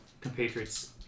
compatriots